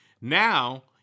Now